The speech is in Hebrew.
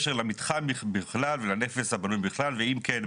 בקשר למתחם בכלל ולנכס הבנוי בכלל ואם כן,